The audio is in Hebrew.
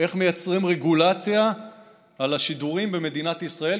איך מייצרים רגולציה על השידורים במדינת ישראל,